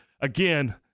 again